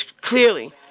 clearly